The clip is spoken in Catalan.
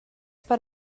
per